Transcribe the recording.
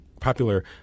popular